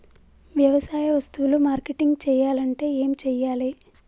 వ్యవసాయ వస్తువులు మార్కెటింగ్ చెయ్యాలంటే ఏం చెయ్యాలే?